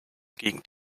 gegend